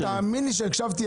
תאמין לי שהקשבתי לכל.